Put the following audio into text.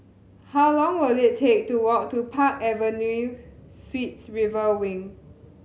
how long will it take to walk to Park Avenue Suites River Wing